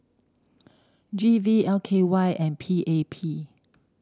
G V L K Y and P A P